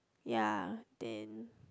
ya then